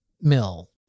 Mill